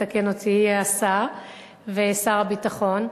מתקן אותי שר הביטחון,